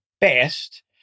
best